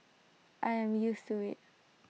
I am used to IT